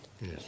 Yes